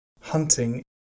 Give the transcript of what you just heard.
hunting